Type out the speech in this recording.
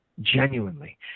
genuinely